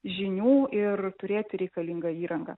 žinių ir turėti reikalingą įrangą